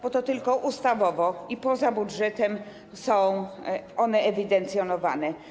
Bo tylko ustawowo i poza budżetem są one ewidencjonowane.